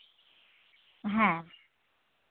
ᱦᱮᱸ